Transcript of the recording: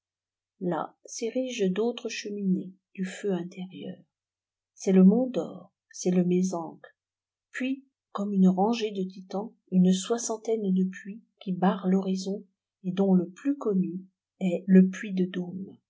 là s'érigent d'autres cheminées du feu intérieur c'est le mont dore c'est le mézenc puis comme une rangée de titans une soixantaine de puys qui barrent l'horizon et dont le plus connu est le puy de